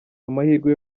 amahirwe